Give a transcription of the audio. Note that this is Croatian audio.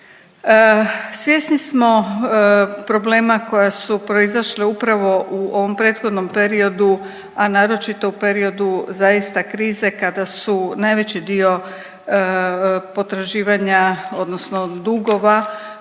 Svjesni smo problema koji su proizašli upravo u ovom prethodnom periodu, a naročito u periodu zaista krize kada su najveći dio potraživanja, odnosno dugova